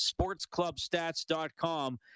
sportsclubstats.com